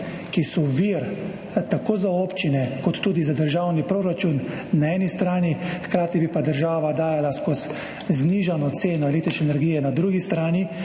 ki so vir tako za občine kot tudi za državni proračun na eni strani, hkrati bi pa država dajala skozi znižano ceno električne energije na drugi strani,